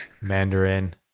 mandarin